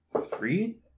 Three